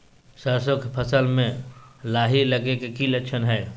सरसों के फसल में लाही लगे कि लक्षण हय?